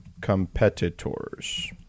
competitors